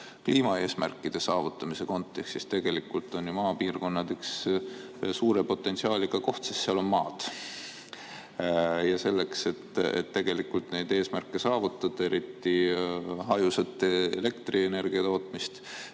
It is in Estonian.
kliimaeesmärkide saavutamise kontekstis. Tegelikult on maapiirkond ju üks suure potentsiaaliga koht, sest seal on maad. Ja selleks, et neid eesmärke saavutada, eriti hajusat elektrienergia tootmist,